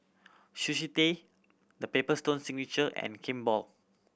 Sushi Tei The Paper Stone Signature and Kimball